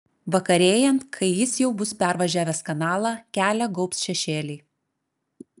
vakarėjant kai jis jau bus pervažiavęs kanalą kelią gaubs šešėliai